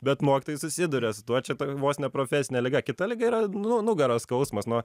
bet mokytojai susiduria su tuo čia vos ne profesine liga kita liga yra nu nugaros skausmas nuo